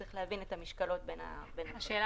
צריך להבין את המשקלות בין --- השאלה